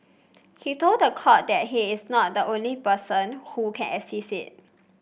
he told the court that he is not the only person who can assist